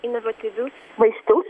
inovatyvius vaistus